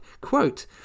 Quote